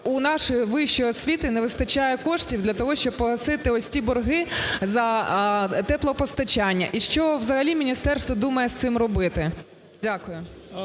у нашої вищої освіти не вистачає коштів для того, щоб погасити ось ці борги за теплопостачання. І що взагалі міністерство думає з цим робити? Дякую.